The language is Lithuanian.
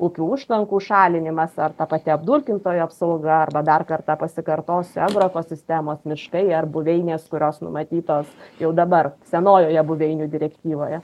upių užtvankų šalinimas ar ta pati apdulkintojų apsauga arba dar kartą pasikartosiu agro ekosistemos miškai ar buveinės kurios numatytos jau dabar senojoje buveinių direktyvoje